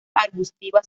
arbustiva